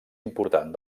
important